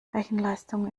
rechenleistung